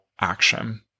action